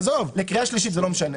לקריאה שלישית זה לא משנה.